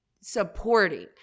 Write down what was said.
supporting